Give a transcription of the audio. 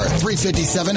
.357